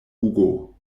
hugo